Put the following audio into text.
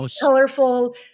colorful